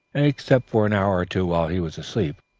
except for an hour or two while he was asleep,